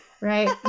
right